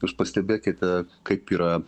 jūs pastebėkite kaip yra